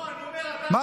לא, אני אומר: אתה